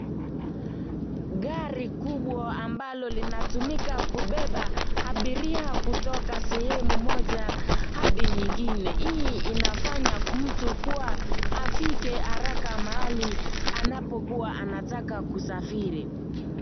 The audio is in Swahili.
Gari kubwa ambalo linatumika kubeba abiria kutoka sehemu moja hadi nyingine. Hii inafanya mtu kuwa afike haraka mahali anapokuwa anataka kusafiri.